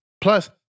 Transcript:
Plus